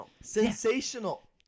Sensational